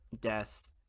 death